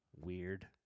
Weird